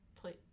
please